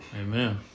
Amen